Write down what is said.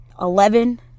Eleven